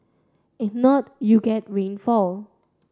if not you get rainfall